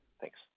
Thanks